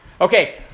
Okay